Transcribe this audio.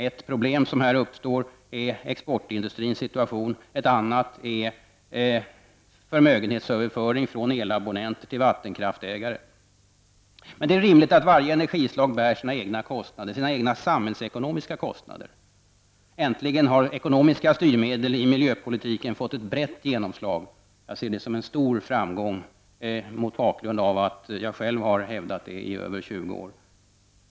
Ett problem som här uppstår är exportindustrins situation, ett annat är förmögenhetsöverföring från elabonnenter till vattenkraftägare. Men det är rimligt att varje energislag bär sina egna kostnader -- sina egna samhällsekonomiska kostnader. Äntligen har ekonomiska styrmedel i miljöpolitiken fått ett brett genomslag. Jag ser det som en stor framgång mot bakgrund av att jag själv har hävdat det i över 20 år.